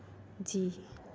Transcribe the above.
जी